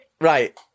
right